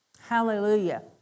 Hallelujah